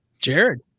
Jared